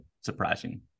surprising